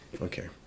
Okay